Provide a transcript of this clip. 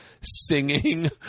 singing